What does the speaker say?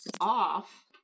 off